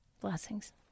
Blessings